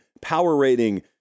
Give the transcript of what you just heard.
power-rating